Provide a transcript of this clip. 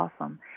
awesome